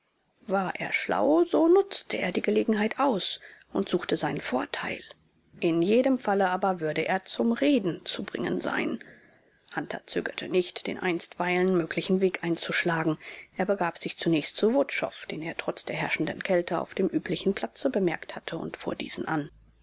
war er schlau so nutzte er die gelegenheit aus und suchte seinen vorteil in jedem falle aber würde er zum reden zu bringen sein hunter zögerte nicht den einstweilen möglichen weg einzuschlagen er begab sich zunächst zu wutschow den er trotz der herrschenden kälte auf dem üblichen platze bemerkt hatte und fuhr diesen an